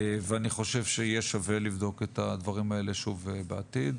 ואני חושב שיהיה שווה לבדוק את הדברים האלה שוב בעתיד,